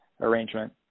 arrangement